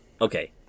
okay